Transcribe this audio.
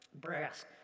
brass